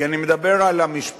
כי אני מדבר על המשפחות.